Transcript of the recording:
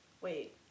Wait